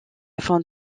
afin